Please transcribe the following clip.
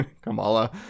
Kamala